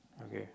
okay